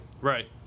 Right